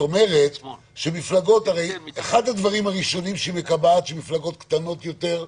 אחד הדברים שהיא מקבעת, שמפלגות קטנות יותר,